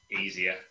easier